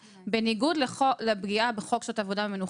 בניגוד לפגיעה בחוק שעות עבודה ומנוחה,